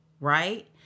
right